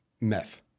Meth